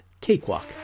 Cakewalk